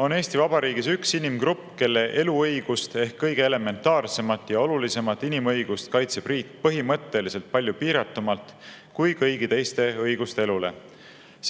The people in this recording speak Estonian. on Eesti Vabariigis üks inimgrupp, kelle õigust elule ehk kõige elementaarsemat ja olulisemat inimõigust kaitseb riik põhimõtteliselt palju piiratumalt kui kõigi teiste õigust elule.